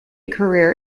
career